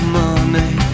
money